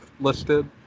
listed